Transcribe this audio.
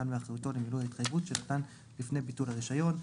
באחריותו --- ההתחייבות שנתן לפני ביטול הרישיון.